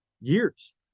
years